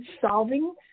solving